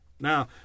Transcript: Now